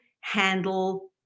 handle